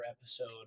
episode